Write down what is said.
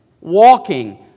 Walking